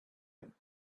him